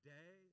day